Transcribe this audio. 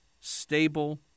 stable